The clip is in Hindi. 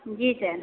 जी सर